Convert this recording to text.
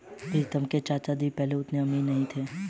प्रीतम के चाचा जी पहले उतने अमीर नहीं थे